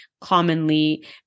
commonly